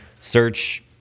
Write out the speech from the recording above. search